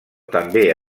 també